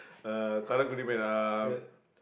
uh Karang-Guni man um